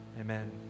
Amen